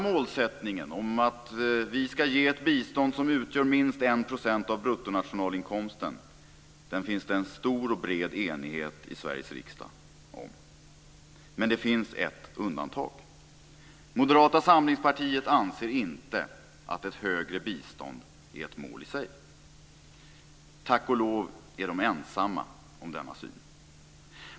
Målsättningen att vi ska ge ett bistånd som utgör minst 1 % av bruttonationalinkomsten finns det en stor och bred enighet om i Sveriges riksdag, men det finns ett undantag. Moderata samlingspartiet anser inte att ett högre bistånd är ett mål i sig. Tack och lov är de ensamma om denna syn.